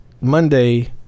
Monday